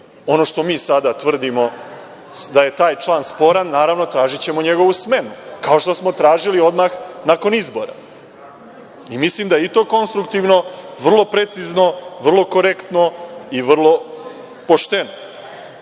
ono što mi sada tvrdimo da je taj član sporan, naravno, tražićemo njegovu smenu, kao što smo tražili odmah nakon izbora. Mislim da je i to konstruktivno, vrlo precizno, vrlo korektno i vrlo pošteno. Šta